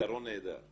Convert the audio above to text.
זה יתרון נהדר.